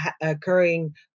occurring